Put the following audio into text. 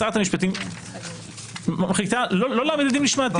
שרת המשפטים מחליטה לא להעמיד לדין משמעתי.